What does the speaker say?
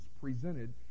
presented